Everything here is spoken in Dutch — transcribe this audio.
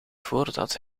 voordat